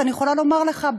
ואני יכולה לומר לך,